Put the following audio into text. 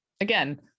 again